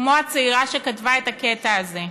כמו הצעירה שכתבה את הקטע הזה,